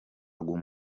guhuma